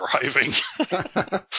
driving